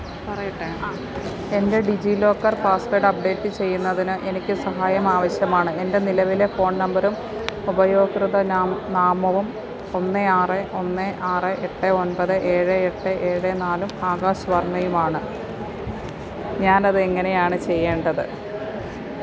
പറയട്ടേ ആ എൻ്റെ DigiLocker password update ചെയ്യുന്നതിന് എനിക്ക് സഹായം ആവശ്യമാണ് എൻ്റെ നിലവിലെ ഫോൺ നമ്പറും ഉപഭോക്തൃ ന നാമവും ഒന്ന് ആറ് ഒന്ന് ആറ് എട്ട് ഒൻപത് ഏഴ് എട്ട് ഏഴ് നാലും ആകാശ് വർമ്മയുമാണ് ഞാൻ അത് എങ്ങനെയാണ് ചെയ്യേണ്ടത്